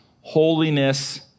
holiness